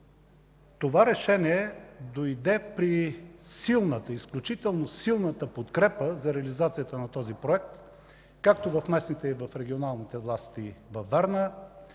това решение дойде при изключително силната подкрепа за реализацията на този проект както в местните и регионалните власти във Варна,